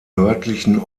nördlichen